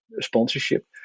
sponsorship